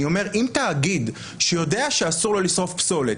אני אומר שאם תאגיד שיודע שאסור לו לשרוף פסולת